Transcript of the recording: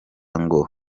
ngo